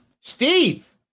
Steve